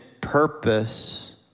purpose